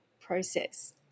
process